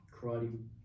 karate